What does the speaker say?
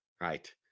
right